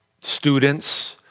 students